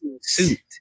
suit